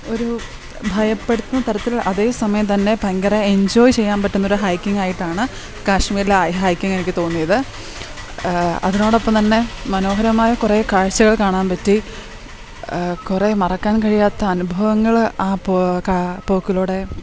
ഒരു ഭയപ്പെടുത്തുന്ന തരത്തിലുള്ള അതേ സമയം തന്നെ ഭയങ്കര എൻജോയ് ചെയ്യാൻ പറ്റുന്നൊരു ഹൈക്കിങ്ങായിട്ടാണ് കാശ്മീരിലെ ആ ഹൈക്കിങെനിക്ക് തോന്നിയത് അതിനോടൊപ്പം തന്നെ മനോഹരമായ കുറെ കാഴ്ചകൾ കാണാൻ പറ്റി കുറെ മറക്കാൻ കഴിയാത്ത അനുഭവങ്ങൾ ആ പോക്കിലൂടെ